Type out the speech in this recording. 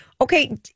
Okay